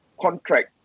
contract